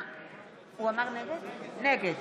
נגד